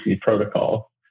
protocol